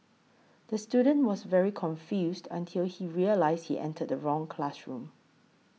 the student was very confused until he realised he entered the wrong classroom